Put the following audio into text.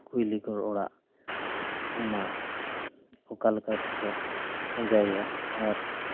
ᱠᱩᱭᱞᱤᱜᱚᱲ ᱚᱲᱟᱜ ᱚᱱᱟ ᱚᱠᱟ ᱞᱮᱠᱟ ᱛᱮᱠᱚ ᱯᱟᱸᱡᱟᱭᱮᱭᱟ ᱟᱨ